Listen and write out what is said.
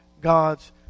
God's